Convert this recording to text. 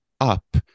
up